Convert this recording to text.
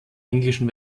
englischen